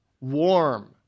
warm